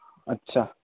اچھا